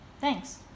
Thanks